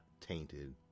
tainted